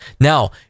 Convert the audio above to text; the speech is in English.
Now